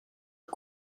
een